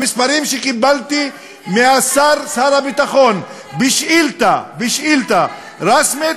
המספרים שקיבלתי משר הביטחון בשאילתה רשמית,